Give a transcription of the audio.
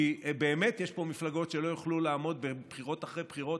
כי באמת יש פה מפלגות שלא יוכלו לעמוד בבחירות אחרי בחירות,